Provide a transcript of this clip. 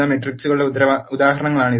മെട്രിക്സുകളുടെ ഉദാഹരണങ്ങളാണിവ